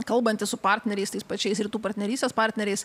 kalbantis su partneriais tais pačiais rytų partnerystės partneriais